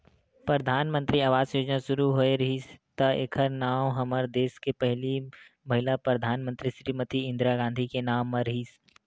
परधानमंतरी आवास योजना सुरू होए रिहिस त एखर नांव हमर देस के पहिली महिला परधानमंतरी श्रीमती इंदिरा गांधी के नांव म रिहिस